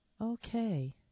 Okay